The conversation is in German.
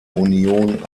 union